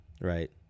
Right